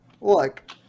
look